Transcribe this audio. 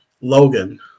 Logan